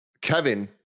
Kevin